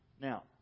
Now